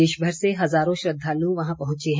देशभर से हजारों श्रद्वालु वहां पहुंचे हैं